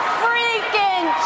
freaking